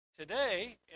Today